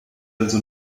also